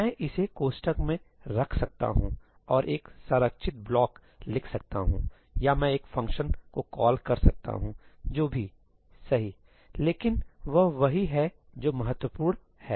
मैं इसे कोष्ठक में रख सकता हूं और एक संरचित ब्लॉक लिख सकता हूं या मैं एक फ़ंक्शन को कॉल कर सकता हूं जो भी सही लेकिन वह वही है जो महत्वपूर्ण है